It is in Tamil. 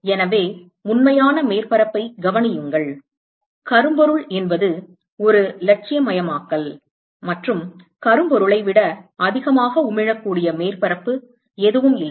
எனவே உண்மையான மேற்பரப்பைக் கவனியுங்கள் கரும்பொருள் என்பது ஒரு இலட்சியமயமாக்கல் மற்றும் கரும்பொருளை விட அதிகமாக உமிழக்கூடிய மேற்பரப்பு எதுவும் இல்லை